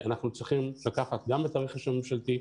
אנחנו צריכים לקחת גם את הרכש הממשלתי,